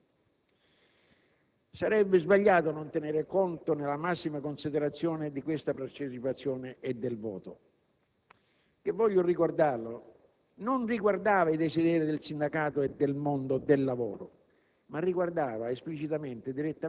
Dopo l'accordo, il sindacato confederale ha promosso una consultazione tra i lavoratori, i pensionati e i giovani, registrando una partecipazione e un grado di consenso molto elevati, superiori a quelli delle consultazioni precedenti.